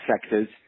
sectors